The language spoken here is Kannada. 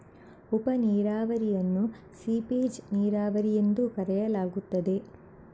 ಉಪ ನೀರಾವರಿಯನ್ನು ಸೀಪೇಜ್ ನೀರಾವರಿ ಎಂದೂ ಕರೆಯಲಾಗುತ್ತದೆ